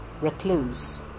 recluse